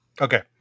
Okay